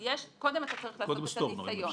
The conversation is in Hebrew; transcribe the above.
קודם אתה צריך לעשות את הזיכיון.